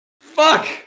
Fuck